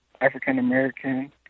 African-American